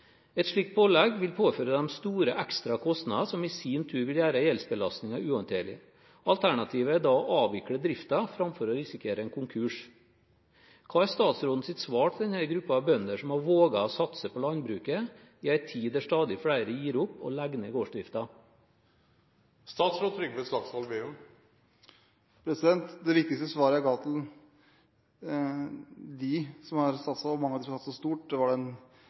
Et slikt pålegg vil påføre dem store ekstra kostnader, som i sin tur vil gjøre gjeldsbelastningen uhåndterlig. Alternativet er da å avvikle driften framfor å risikere en konkurs. Hva er statsrådens svar til denne gruppen av bønder, som har våget å satse på landbruket i en tid der stadig flere gir opp og legger ned gårdsdriften? Det viktigste svaret jeg har gitt til dem som har satset, og til mange av dem som har satset stort,